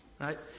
right